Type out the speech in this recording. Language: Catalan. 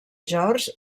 george